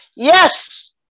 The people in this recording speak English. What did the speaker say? Yes